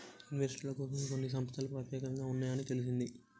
ఇన్వెస్టర్ల కోసమే కొన్ని సంస్తలు పెత్యేకంగా ఉన్నాయని తెలిసింది